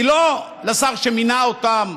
היא לא לשר שמינה אותם,